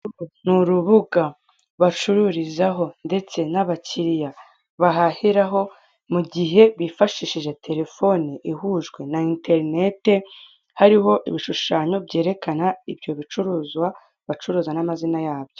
Urubuga bacururizaho ndetse n'abakiliya bahahiraho mu gihe bifashishije terefone ihujwe na enterinete hariho ibishushamyo byerekana ibyo bacuruzwa n'amazina yabyo.